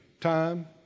time